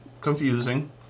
confusing